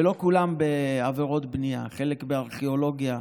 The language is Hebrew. ולא כולם בעבירות בנייה, חלק בארכיאולוגיה,